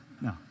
no